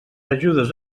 ajudes